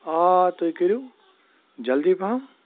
آ تُہۍ کٔرِو جلدی پَہم